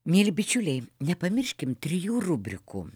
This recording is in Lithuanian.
mieli bičiuliai nepamirškim trijų rubrikų